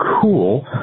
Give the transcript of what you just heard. cool